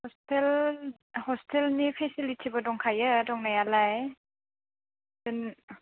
hostel हस्टेलनि फेसिलिटिबो दंखायो दंनायालाय जों